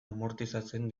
amortizatzen